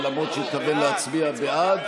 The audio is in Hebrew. למרות שהתכוון להצביע בעד.